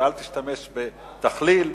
ואל תכליל.